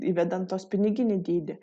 įvedant tos piniginį dydį